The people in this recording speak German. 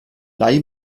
leihe